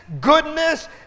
goodness